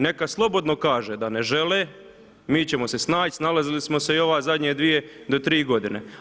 Neka slobodno kaže da ne žele, mi ćemo se snać, snalazili smo se i ove zadnje dvije do tri godine.